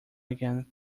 again